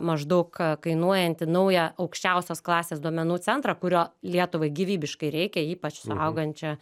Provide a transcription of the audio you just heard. maždaug kainuojantį naują aukščiausios klasės duomenų centrą kurio lietuvai gyvybiškai reikia ypač su augančia